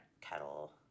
kettle